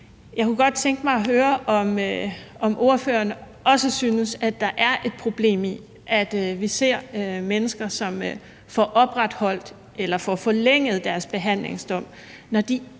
Jeg kunne godt tænke mig at høre, om ordføreren også synes, at der er et problem i, at vi ser mennesker, som får opretholdt eller får forlænget deres behandlingsdom, når de ikke har